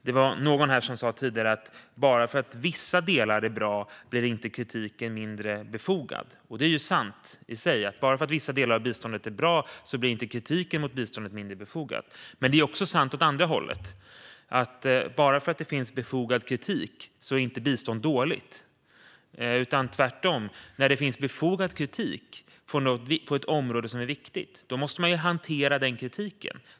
Det var någon här som tidigare sa att bara för att vissa delar är bra blir inte kritiken mindre befogad. Det är sant, alltså att bara för att vissa delar av biståndet är bra blir inte kritiken mot biståndet mindre befogad. Men det är också sant åt andra hållet, alltså att bara för att det finns befogad kritik är biståndet inte dåligt. Tvärtom, när det finns befogad kritik på ett område som är viktigt måste man hantera denna kritik.